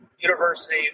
university